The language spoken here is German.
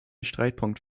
streitpunkt